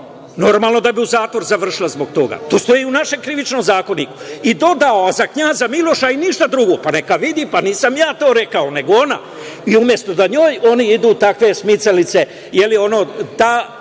Normalno da bi u zatvoru završila zbog toga, to stoji u našem Krivičnom zakoniku i dodao sam za knjaza Miloša i ništa drugo. Pa, neka vidi. Nisam ja to rekao, nego ona. Umesto da njoj idu takve smicalice,